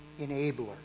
enabler